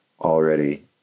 already